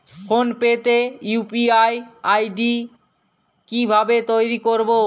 Phone pay তে UPI ID কি ভাবে তৈরি করবো?